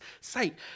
sight